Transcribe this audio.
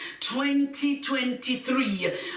2023